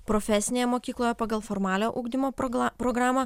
profesinėje mokykloje pagal formaliojo ugdymo progla programą